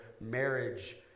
marriage